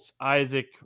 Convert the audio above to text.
Isaac